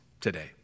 today